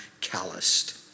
calloused